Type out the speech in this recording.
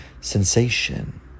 sensation